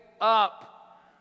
up